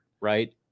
right